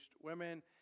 women